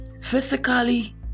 physically